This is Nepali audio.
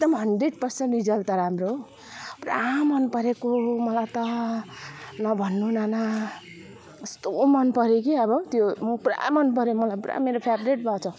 एकदम हन्ड्रेड पर्सेन्ट रिजल्ट त राम्रो पुरा मन परेको मलाई त नभन्नू नाना कस्तो मन पर्यो क्या अब त्यो पुरा मन पर्यो मलाई पुरा मेरो फेभरेट भएको छ